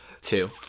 two